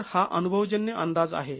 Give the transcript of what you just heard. तर हा अनुभवजन्य अंदाज आहे